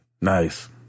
Nice